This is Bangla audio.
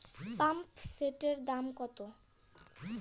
পাম্পসেটের দাম কত?